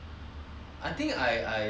learn the importance of